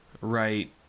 right